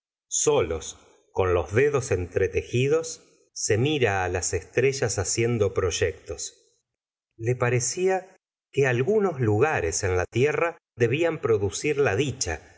solos con los dedos entretejidos se mila señora de bovary ra las estrellas haciendo proyectos le parecía que algunos lugares en la tierra debían producir la dicha